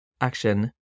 action